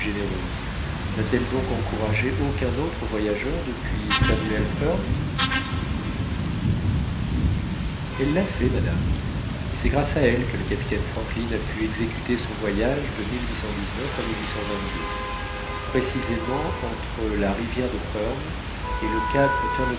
généreuses n'a-t-elle donc encouragé aucun autre voyageur depuis samuel hearne elle l'a fait madame et c'est grâce à elle que le capitaine franklin a pu exécuter son voyage de à précisément entre la rivière de hearne et le cap